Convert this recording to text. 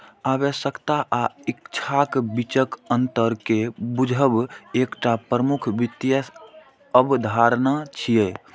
आवश्यकता आ इच्छाक बीचक अंतर कें बूझब एकटा प्रमुख वित्तीय अवधारणा छियै